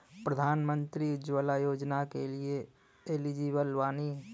प्रधानमंत्री उज्जवला योजना के लिए एलिजिबल बानी?